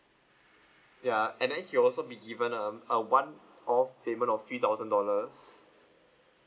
ya and then he also be given um a one off payment of three thousand dollars